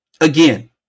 Again